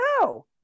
No